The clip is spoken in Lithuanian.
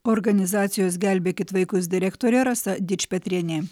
organizacijos gelbėkit vaikus direktorė rasa dičpetrienė